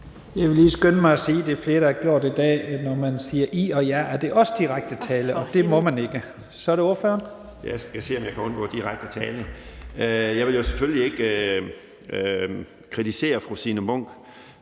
Jeg vil lige skynde mig at sige, for det er der flere der har gjort i dag, at når man siger I og jer, er det også direkte tiltale, og det må man ikke. Så er det ordføreren. Kl. 12:19 Henrik Frandsen (M): Jeg skal se, om jeg kan undgå direkte tiltale. Jeg vil jo selvfølgelig ikke kritisere fru Signe Munk